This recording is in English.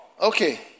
Okay